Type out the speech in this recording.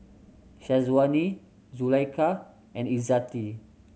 Syazwani Zulaikha and Izzati